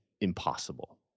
impossible